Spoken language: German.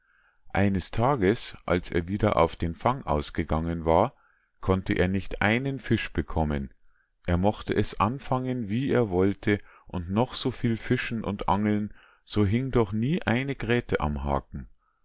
eines tages als er wieder auf den fang ausgegangen war konnte er nicht einen fisch bekommen er mochte es anfangen wie er wollte und noch so viel fischen und angeln so hing doch nie eine gräte am haken